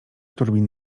turbin